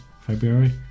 February